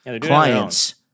clients